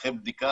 אחרי בדיקה